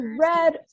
red